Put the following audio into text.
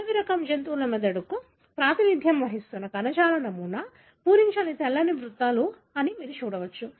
అడవి రకం జంతువుల మెదడుకు ప్రాతినిధ్యం వహిస్తున్న కణజాల నమూనా పూరించని తెల్లని వృత్తాలు అని మీరు చూడవచ్చు